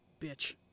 Bitch